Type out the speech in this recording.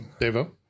Devo